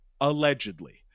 allegedly